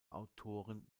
autoren